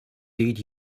did